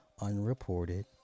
unreported